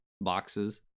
boxes